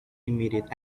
immediate